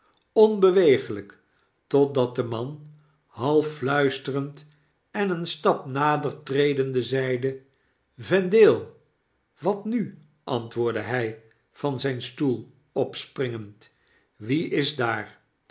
onbeweeglyk totdat de man half fluisterend en een stap nader tredende zeide vendale wat nu antwoordde hy van zyn stoel opspringende wie is daar